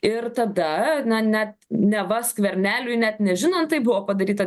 ir tada na net neva skverneliui net nežinant tai buvo padaryta